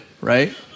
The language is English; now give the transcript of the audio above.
right